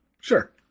Sure